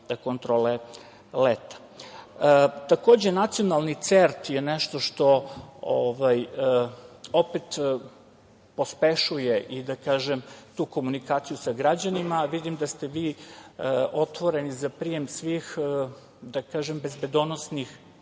i kontrole leta. Takođe, Nacionalni CERT je nešto što opet pospešuje tu komunikaciju sa građanima. Vidim da ste vi otvoreni za prijem svih bezbedonosnih